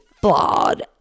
flawed